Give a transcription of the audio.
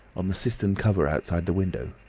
on the cistern cover outside the window.